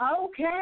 Okay